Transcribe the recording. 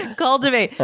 and cultivate. ah